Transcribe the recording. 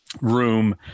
room